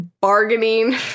bargaining